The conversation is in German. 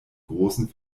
großen